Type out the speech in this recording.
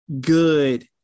good